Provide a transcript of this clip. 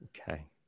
Okay